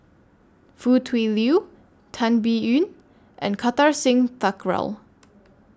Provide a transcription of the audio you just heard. Foo Tui Liew Tan Biyun and Kartar Singh Thakral